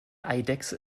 eidechse